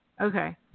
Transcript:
Okay